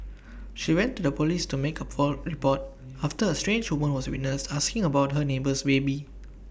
she went to the Police to make A port report after A strange woman was witnessed asking about her neighbour's baby